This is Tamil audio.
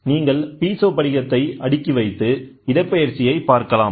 நீங்கள் பீசோ படிகத்தை அடுக்கி வைத்து இடப்பெயர்ச்சியை பார்க்கலாம்